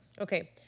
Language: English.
Okay